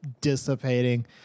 dissipating